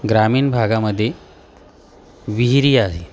ग्रामीण भागामध्ये विहिरी आहेत